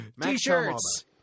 t-shirts